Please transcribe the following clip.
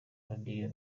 audio